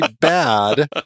bad